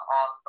on